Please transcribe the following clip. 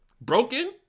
broken